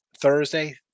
Thursday